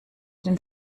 den